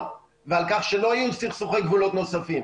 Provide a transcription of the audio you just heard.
ועל כך שלא יהיו סכסוכי גבולות נוספים,